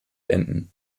enden